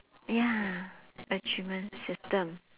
ya achievement system